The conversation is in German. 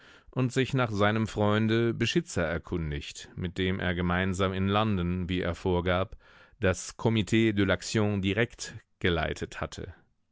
und sich nach seinem freunde beschitzer erkundigt mit dem er gemeinsam in london wie er vorgab das comit de l'action directe geleitet hatte